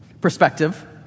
perspective